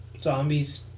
zombies